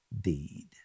deed